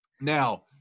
Now